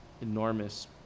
enormous